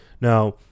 Now